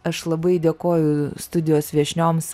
aš labai dėkoju studijos viešnioms